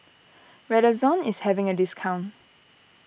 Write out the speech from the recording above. Redoxon is having a discount